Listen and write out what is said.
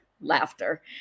laughter